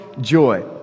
joy